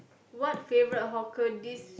what favourite hawker this